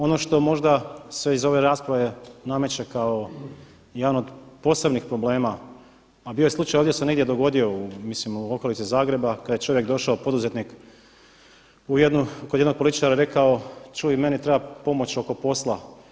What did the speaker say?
Ono što možda se iz ove rasprave nameće kao jedan od posebnih problema, a bio je ovdje slučaj negdje se dogodio u mislim u okolici Zagreba kada je čovjek došao poduzetnik u kod jednog političara i rekao, čuj meni treba pomoć oko posla.